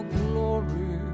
glory